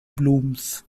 blooms